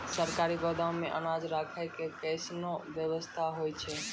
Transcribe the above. सरकारी गोदाम मे अनाज राखै के कैसनौ वयवस्था होय छै?